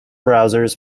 browsers